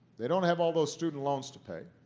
they don't have all those student loans to pay.